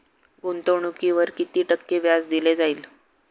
गुंतवणुकीवर किती टक्के व्याज दिले जाईल?